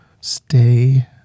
stay